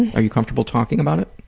are you comfortable talking about it?